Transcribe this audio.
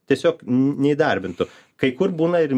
tiesiog neįdarbintų kai kur būna ir